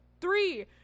Three